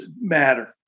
matter